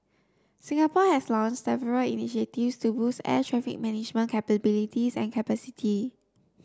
Singapore has launched several initiatives to boost air traffic management capabilities and capacity